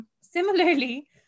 similarly